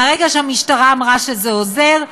מרגע שהמשטרה אמרה שזה עוזר,